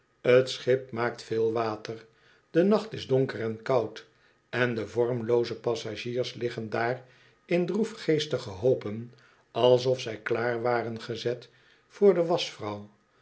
t schip maakt veel water de nacht is donker en koud en de vormlooze passagiers liggen daar in droefgeestige hoopen alsof zij klaar waren gezet voor de